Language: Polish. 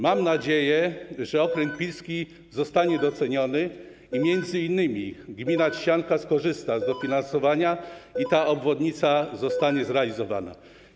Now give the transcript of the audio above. Mam nadzieję, że okręg pilski zostanie doceniony, że m.in. gmina Trzcianka skorzysta z dofinansowania i ta obwodnica zostanie zrealizowana.